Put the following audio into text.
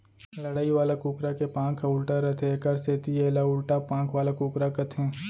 लड़ई वाला कुकरा के पांख ह उल्टा रथे एकर सेती एला उल्टा पांख वाला कुकरा कथें